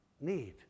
Need